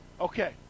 Okay